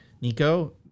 Nico